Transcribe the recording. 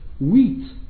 wheat